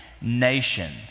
nation